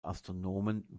astronomen